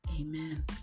Amen